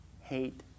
hate